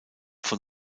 von